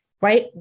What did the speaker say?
right